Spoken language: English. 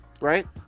right